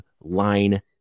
line